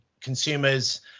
consumers